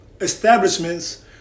establishments